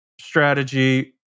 strategy